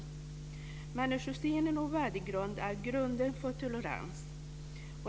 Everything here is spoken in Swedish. Denna människosyn och värdegrund är grunden för tolerans.